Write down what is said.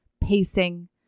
pacing